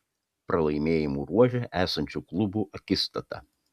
pralaimėjimų ruože esančių klubų akistata